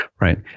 right